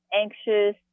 anxious